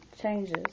Changes